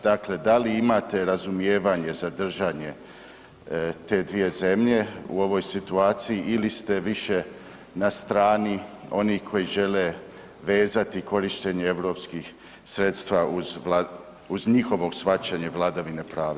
Dakle, da li imate razumijevanje za držanje te dvije zemlje u ovoj situaciji ili ste više na strani onih koji žele vezati korištenje europskih sredstva uz njihovo shvaćanje vladavine prava?